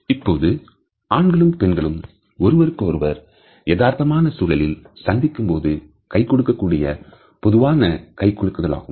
இப்பொழுது ஆண்களும் பெண்களும் ஒருவருக்கு ஒருவர் எதார்த்தமான சூழலில் சந்திக்கும்போது கொடுக்கக் கூடிய பொதுவான கைகுலுக்குதல் ஆகும்